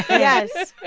yes.